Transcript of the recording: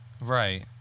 Right